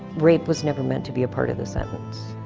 rape was never meant to be a part of the sentence.